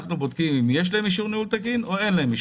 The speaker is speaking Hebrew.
אנו בודקים האם יש להם אישור ניהול תקין או לא.